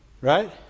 Right